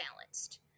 balanced